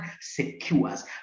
secures